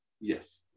Yes